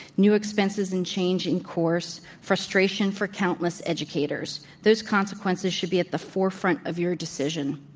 new expenses in changing course, frustration for countless educators. those consequences should be at the forefront of your decision.